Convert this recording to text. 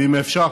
ואם אפשר,